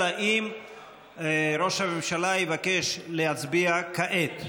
אלא אם כן ראש הממשלה יבקש להצביע כעת.